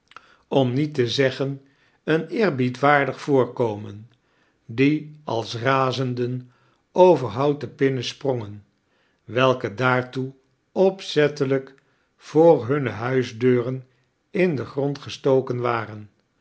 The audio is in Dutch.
om niet te zeggen een eerbiedwaardig voorkomen die als razenden over houten pdnnen sprongen welke daartoe opzettelrjk voor hunne huisdeuren in deal grond gestoken waren